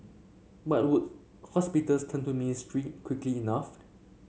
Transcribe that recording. but would hospitals turn to the ministry quickly enough